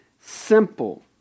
simple